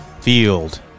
field